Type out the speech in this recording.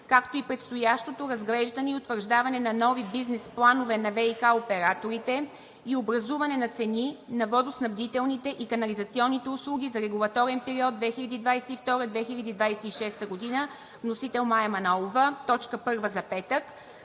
както и предстоящото разглеждане и утвърждаване на нови бизнес планове на ВиК операторите и образуване на цени на водоснабдителните и канализационните услуги за регулаторен период 2022 г. – 2026 г. Вносител – Мая Манолова. 8. Законопроект